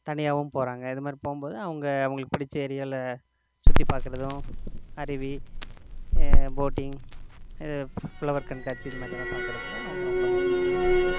தனியாகவும் போகிறாங்க இதுமாதிரி போகும் போது அவங்க அவங்களுக்கு பிடிச்ச ஏரியாவில் சுற்றி பார்க்குறதும் அருவி போட்டிங் இது ஃப்ளவர் கண்காட்சி இது மாதிரியெல்லாம் பார்க்குறததான் அவங்க ரொம்ப விரும் விரும்புகிறாங்க